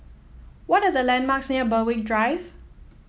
what are the landmarks near Berwick Drive